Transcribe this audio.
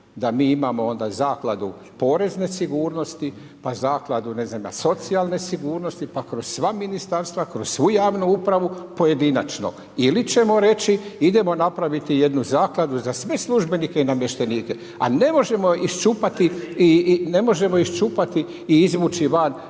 da mi imamo onda zakladu porezne sigurnosti pa zakladu socijalne sigurnosti pa kroz sva ministarstva, kroz svu javnu upravu pojedinačno. Ili ćemo reći idemo napraviti jednu zakladu za sve službenike i namještenike, a ne možemo iščupati i izvući van